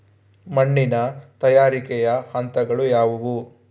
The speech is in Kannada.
ಮಣ್ಣಿನ ತಯಾರಿಕೆಯ ಹಂತಗಳು ಯಾವುವು?